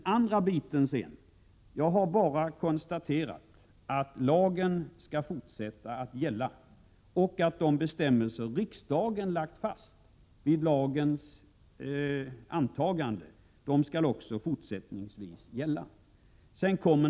I övrigt har jag bara konstaterat att lagen skall fortsätta att gälla och att de bestämmelser riksdagen lagt fast vid lagens antagande också fortsättningsvis skall gälla.